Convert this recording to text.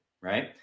right